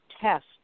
test